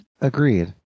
agreed